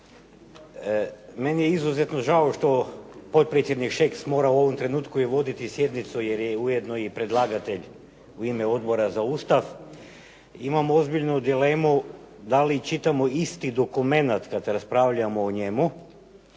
Meni je izuzetno žao što potpredsjednik Šeks mora u ovom trenutku i voditi sjednicu jer je ujedno i predlagatelj u ime Odbora za Ustav. Imam ozbiljnu dilemu da li čitamo isti dokument kad raspravljamo o njemu.